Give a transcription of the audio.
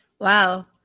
Wow